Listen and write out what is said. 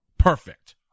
Perfect